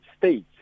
States